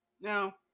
Now